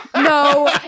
No